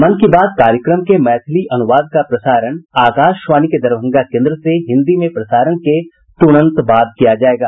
मन की बात कार्यक्रम के मैथिली अनुवाद का प्रसारण आकाशवाणी के दरभंगा केन्द्र से हिन्दी में प्रसारण के तुरंत बाद किया जायेगा